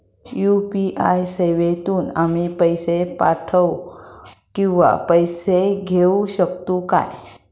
UPI सेवेतून आम्ही पैसे पाठव किंवा पैसे घेऊ शकतू काय?